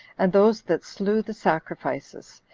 and those that slew the sacrifices,